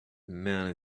man